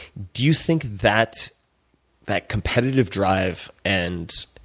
do you think that that competitive drive and